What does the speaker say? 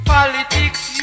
Politics